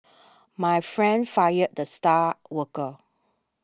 my friend fired the star worker